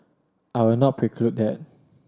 I will not preclude that